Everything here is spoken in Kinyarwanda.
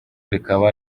rikaba